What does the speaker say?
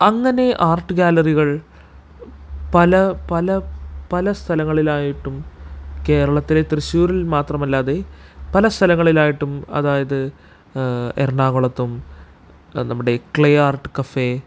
അങ്ങനെ ആർട്ട് ഗാലറികൾ പല പല പല സ്ഥലങ്ങളിലായിട്ടും കേരളത്തിലെ തൃശ്ശൂരിൽ മാത്രമല്ലാതെ പല സ്ഥലങ്ങളിലായിട്ടും അതായത് എറണാകുളത്തും നമ്മുടെ ക്ലേ ആർട്ട് കഫേ